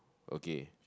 okay